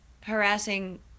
harassing